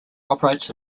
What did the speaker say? operates